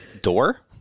Door